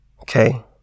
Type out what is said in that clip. okay